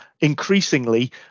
increasingly